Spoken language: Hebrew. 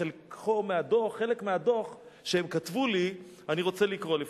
וחלק מהדוח שהם כתבו לי אני רוצה לקרוא לפניכם.